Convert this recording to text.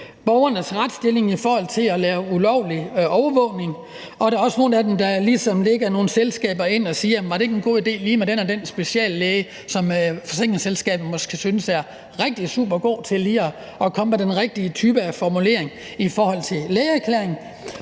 borgernes retsstilling i forhold til at lave ulovlig overvågning. Og der er også nogle af dem, der ligesom lægger nogle selskaber ind, og spørger, om det ikke var en god idé med lige den og den speciallæge, som forsikringsselskabet måske synes er rigtig supergod til at komme med den rigtige type af formulering i forhold til lægeerklæringer,